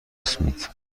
اسمیت